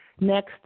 next